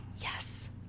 Yes